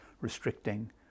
restricting